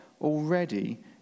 already